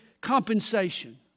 compensation